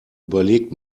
überlegt